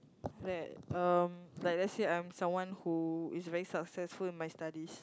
that um like let's say I'm someone who is very successful in my studies